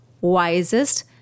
wisest